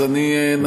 אני אנצל את הזמן,